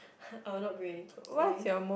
I will not bring any clothes eh